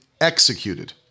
executed